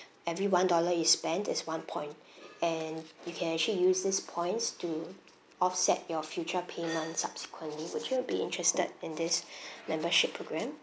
every one dollar you spend is one point and you can actually use this points to offset your future payment subsequently would you be interested in this membership programme